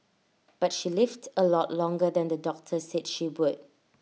but she lived A lot longer than the doctor said she would